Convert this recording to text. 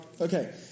Okay